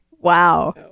Wow